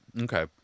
Okay